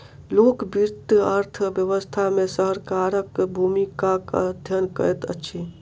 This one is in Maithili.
लोक वित्त अर्थ व्यवस्था मे सरकारक भूमिकाक अध्ययन करैत अछि